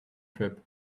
trip